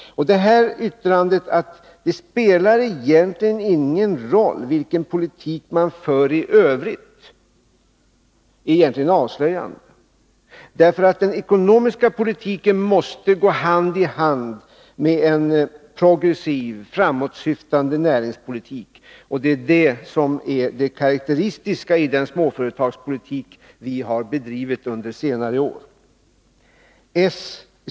Yttrandet att det spelar ingen roll vilken politik man för i övrigt är egentligen avslöjande. Den ekonomiska politiken måste gå hand i hand med en progressiv, framåtsyftande näringspolitik. Det är det som är det karakteristiska i den småföretagspolitik som vi har bedrivit under senare år.